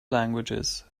languages